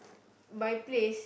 my place